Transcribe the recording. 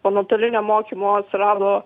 po nuotolinio mokymo atsirado